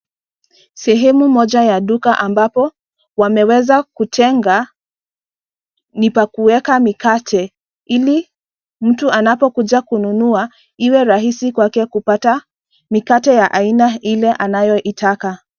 Sehemu moja ya duka ambapo wameweza kutenga. Ni pa kuweka mikate ili mtu anapokuja kununua iwe rahisi kwake kupata mikate ya aina ile anayoitaka.